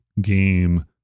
game